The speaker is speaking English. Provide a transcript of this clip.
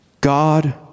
God